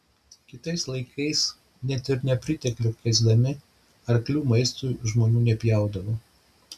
kitais laikais net ir nepriteklių kęsdami arklių maistui žmonės nepjaudavo